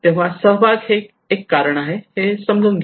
तेव्हा सहभाग हे एक कारण आहे हे समजून घ्या